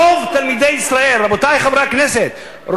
רבותי חברי הכנסת,